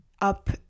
up